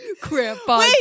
Grandpa